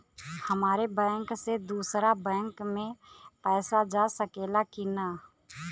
हमारे बैंक से दूसरा बैंक में पैसा जा सकेला की ना?